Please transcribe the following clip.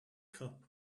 cup